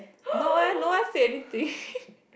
no eh no one said anything